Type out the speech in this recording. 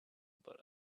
but